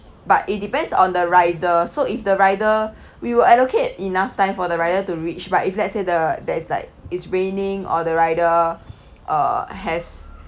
but it depends on the rider so if the rider we will allocate enough time for the rider to reach but if let's say the there is like it's raining or the rider uh has